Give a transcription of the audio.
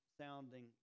sounding